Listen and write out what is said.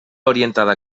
orientada